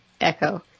echo